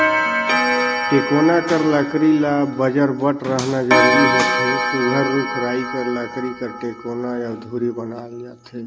टेकोना कर लकरी ल बजरबट रहना जरूरी होथे सुग्घर रूख कर लकरी कर टेकोना अउ धूरी बनाल जाथे